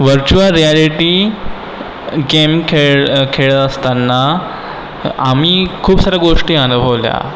virtual reality game खेळ खेळ असताना आम्ही खूप सार्या गोष्टी अनुभवल्या